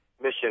mission